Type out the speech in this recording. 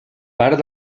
part